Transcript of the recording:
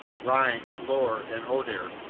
rhine, loire, and oder,